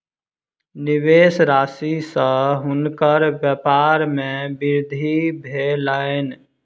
निवेश राशि सॅ हुनकर व्यपार मे वृद्धि भेलैन